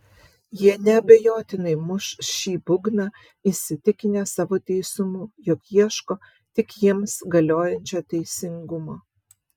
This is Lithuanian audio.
jie neabejotinai muš šį būgną įsitikinę savo teisumu jog ieško tik jiems galiojančio teisingumo